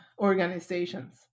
organizations